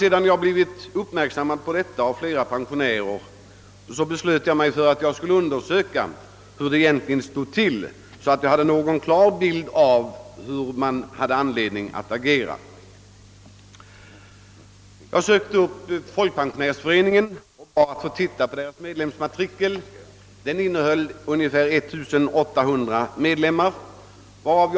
Sedan flera pensionärer fäst min märksamhet på dessa förhållanden beslöt jag mig för att undersöka hur det egentligen stod till. Jag ville ha en klar bild härav, så att jag visste hur jag skulle agera. Därför sökte jag upp folkpensionärsföreningen och bad att få studera dess medlemsmatrikel, som innehöll ungefär 1800 namn.